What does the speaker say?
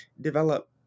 develop